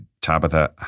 Tabitha